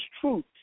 truth